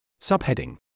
Subheading